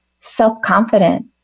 self-confident